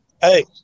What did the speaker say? Hey